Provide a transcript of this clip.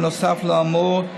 בנוסף לאמור,